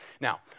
Now